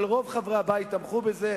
אבל רוב חברי הבית תמכו בזה.